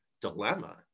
dilemma